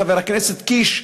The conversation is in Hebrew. חבר הכנסת קיש,